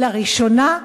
לראשונה,